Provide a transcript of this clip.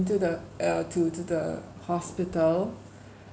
into the uh to to the hospital